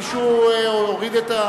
מישהו הוריד את,